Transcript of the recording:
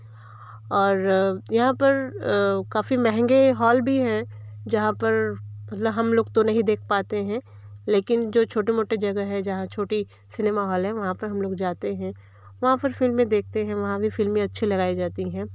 और यहाँ पर काफी महँगे हॉल भी हैं जहाँ पर हम लोग तो नहीं देख पाते हैं लेकिन जो छोटे मोटे जगह है जहाँ छोटी सिनेमा हॉल है वहाँ पर हम लोग जाते हैं वहाँ पर फिल्में देखते हैं वहाँ भी फिल्में अच्छी लगाई जाती हैं